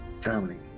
drowning